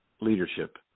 leadership